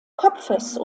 kopfes